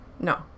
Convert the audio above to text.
No